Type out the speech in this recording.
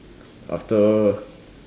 after